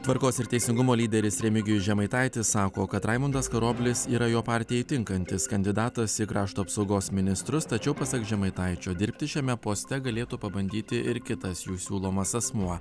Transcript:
tvarkos ir teisingumo lyderis remigijus žemaitaitis sako kad raimundas karoblis yra jo partijai tinkantis kandidatas į krašto apsaugos ministrus tačiau pasak žemaitaičio dirbti šiame poste galėtų pabandyti ir kitas jų siūlomas asmuo